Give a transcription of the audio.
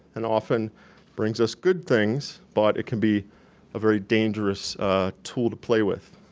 and often brings us good things, but it can be a very dangerous tool to play with.